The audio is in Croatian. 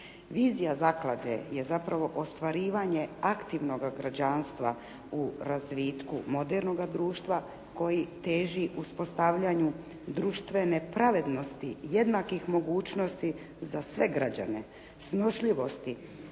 Vizija zaklade je zapravo ostvarivanje aktivnoga građanstva u razvitku modernoga društva koji teži uspostavljanju društvene pravednosti, jednakih mogućnosti za sve građane, snošljivosti,